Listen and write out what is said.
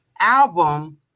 album